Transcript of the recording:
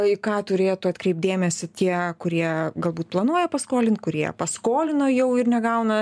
į ką turėtų atkreipt dėmesį tie kurie galbūt planuoja paskolint kurie paskolino jau ir negauna